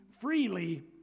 freely